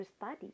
study